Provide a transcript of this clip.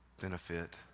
benefit